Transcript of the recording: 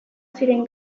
ziren